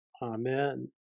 Amen